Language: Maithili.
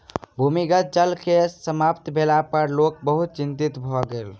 भूमिगत जल के समाप्त भेला पर लोक बहुत चिंतित भ गेल